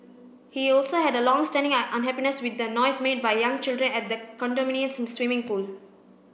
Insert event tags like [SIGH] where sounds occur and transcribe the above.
he also had a long standing [UNINTELLIGIBLE] unhappiness with the noise made by young children at the condominium's swimming pool